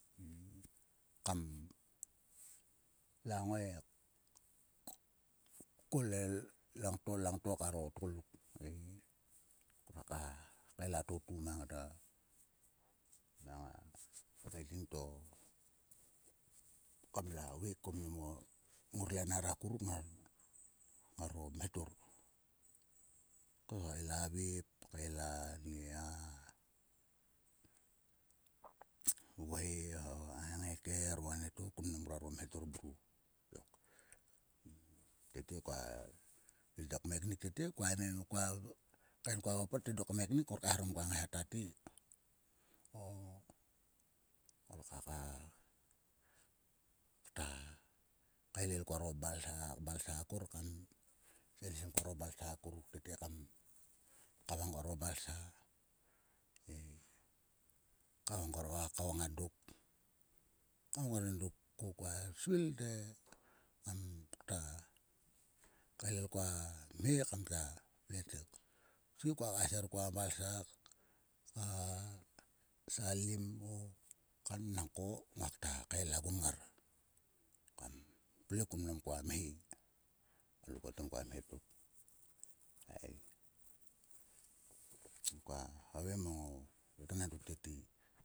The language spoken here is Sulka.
Ei kam la ngai kol langto langto karo tgoluk ei. Ngruak kael a totu mang ada. mang a ngaiting to kamla veiko kim ngor lenar akuruk ngaro mhetor. Ko ila vep. ila nie a vhoi o a ngaiker o anieto ko mnam ngoaro mhetor mruo tok. Tete koa. dok kmeknik tete. Koa kael koa papat te dok kmeknik. ngor kaeharom koa ngaiha ta te. O. ngor koka kta kaelel koaro balsa. Balsa akor kam henem koaro balsa akuruk tete kam kavang koaro balsa ei. Kavang karo kakao nga dok. Kavang endruk ko koa svil te kamkta kaelelkoa mhe kamta vle tok. Pisku koa kaser koa balsa va salim mo kan nangko nguakta kael a gun ngar kam vle kun mnam koa mhe. Klukautim koa mhe tok ei. Koa havei mang o keknen ruk tete.